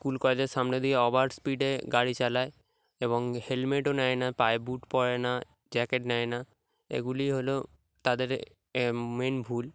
school কলেজের সামনে দিয়ে ওভার স্পিডে গাড়ি চালায় এবং হেলমেটও নেয় না পায়ে বুট পরে না জ্যাকেট নেয় না এগুলি হলো তাদের মেন ভুল